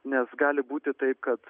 nes gali būti tai kad